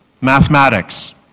Mathematics